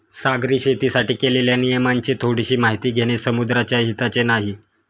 सागरी शेतीसाठी केलेल्या नियमांची थोडीशी माहिती घेणे समुद्राच्या हिताचे नाही